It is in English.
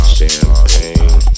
Champagne